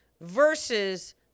Versus